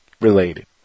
related